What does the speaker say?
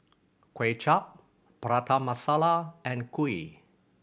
Kuay Chap Prata Masala and kuih